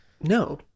no